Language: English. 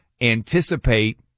anticipate